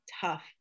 tough